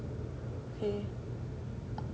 okay